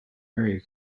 area